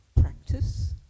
practice